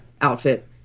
outfit